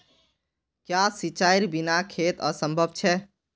क्याँ सिंचाईर बिना खेत असंभव छै?